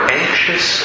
anxious